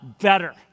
better